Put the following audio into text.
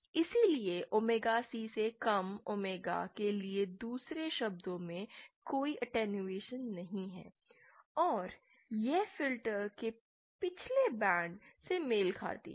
इसलिए omega C से कम ओमेगा के लिए दूसरे शब्दों में कोई अटेंडहुएसन नहीं है और यह फिल्टर के पिछले बैंड से मेल खाती है